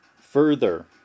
Further